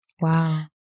Wow